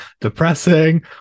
depressing